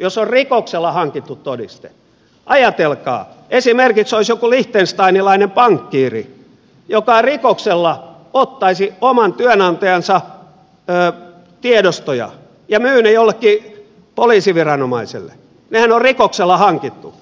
jos on rikoksella hankittu todiste ajatelkaa jos esimerkiksi olisi joku liechtensteinilainen pankkiiri joka rikoksella ottaisi oman työnantajansa tiedostoja ja myisi ne jollekin poliisiviranomaiselle nehän on rikoksella hankittu